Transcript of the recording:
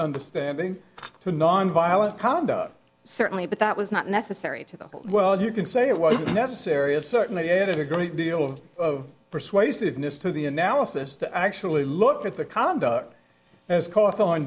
understanding to nonviolent conduct certainly but that was not necessary to the well you can say it was necessary of certainly it is a great deal of persuasiveness to the analysis to actually look at the conduct as cost on